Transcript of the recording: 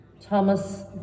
Thomas